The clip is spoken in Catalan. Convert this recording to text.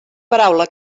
paraula